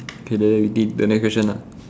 K then we did the next question ah